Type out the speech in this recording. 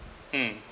mm